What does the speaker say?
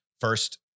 First